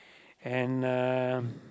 and uh